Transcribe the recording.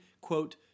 quote